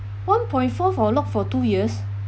one point four for locked for two years